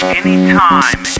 anytime